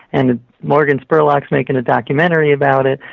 and morgan spurlock is making a documentary about it,